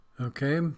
Okay